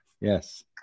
Yes